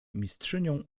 mistrzynią